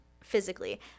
physically